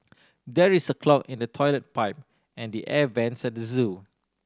there is a clog in the toilet pipe and the air vents at the zoo